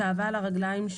שעווה לרגליים,